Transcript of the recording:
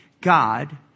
god